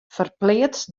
ferpleats